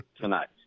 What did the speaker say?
tonight